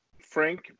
Frank